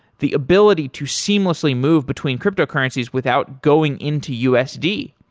the ability to seamlessly move between cryptocurrencies without going into usd.